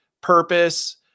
purpose